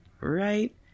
right